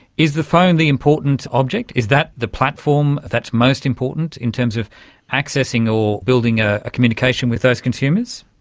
is the phone the important object? is that the platform that is most important in terms of accessing or building a communication with those consumers?